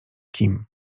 kim